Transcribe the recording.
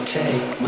take